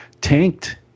tanked